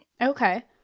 Okay